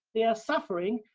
they are suffering,